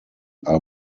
are